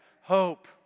hope